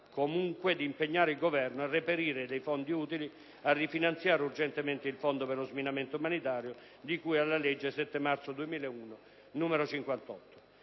volontà di impegnare il Governo al reperimento dei fondi utili a rifinanziare urgentemente il Fondo per lo sminamento umanitario, di cui alla legge 7 marzo 2001, n. 58,